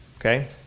okay